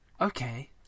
okay